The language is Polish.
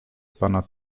pana